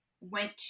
went